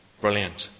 Brilliant